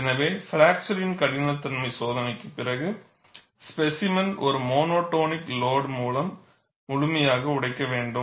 எனவே பிராக்சர் கடினத்தன்மை சோதனைக்குப் பிறகு ஸ்பேசிமென் ஒரு மோனோடோனிக் லோடு மூலம் முழுமையாக உடைக்க வேண்டும்